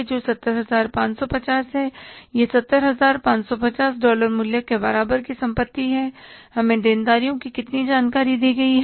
जो 70550 हैं यह 70550 डॉलर मूल्य के बराबर की संपत्ति है हमें देनदारियों की कितनी जानकारी दी गई हैं